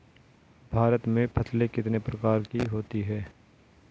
भारत में फसलें कितने प्रकार की होती हैं?